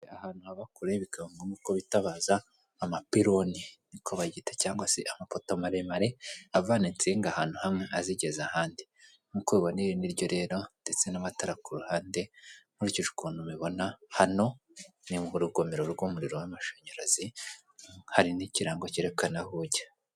Hari ahantu haba kure bikaba ngombwa ko bitabaza amapironi niko bayita cyangwa se amapoto maremare avana insinga ahantu hamwe azigeza ahandi, nkuko ubibona iri niryo rero ndetse n'amatara kuruhande nkurikije ukuntu ubibona hano ni murugomero rw'umuriro wamashanyarazi hari nikirango kerekana aho ujya.